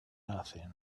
nothing